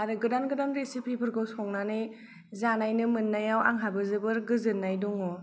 आरो गोदान गोदान रेसिफिफोरखौ संनानै जानायनो मोननायाव आंहाबो जोबोर गोजोननाय दङ